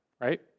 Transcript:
right